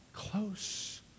close